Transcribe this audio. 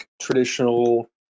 traditional